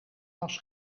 was